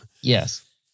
Yes